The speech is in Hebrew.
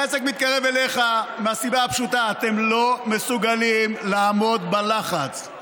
העסק מתקרב אליך מהסיבה הפשוטה: אתם לא מסוגלים לעמוד בלחץ.